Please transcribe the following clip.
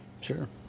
Sure